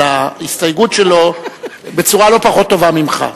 ההסתייגות שלו בצורה לא פחות טובה ממך.